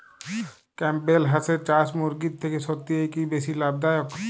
Campbell হাঁসের চাষ মুরগির থেকে সত্যিই কি বেশি লাভ দায়ক?